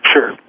Sure